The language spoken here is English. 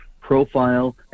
profile